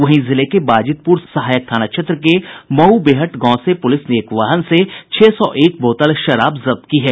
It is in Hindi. वहीं जिले के बाजितपुर सहायक थाना क्षेत्र के मऊ बेहट गांव से पुलिस ने एक वाहन से छह सौ एक बोतल शराब जब्त की है